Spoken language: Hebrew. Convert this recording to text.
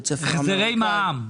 בית ספר --- החזרי מע"מ.